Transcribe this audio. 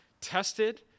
tested